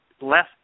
less